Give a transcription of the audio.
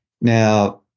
Now